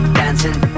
dancing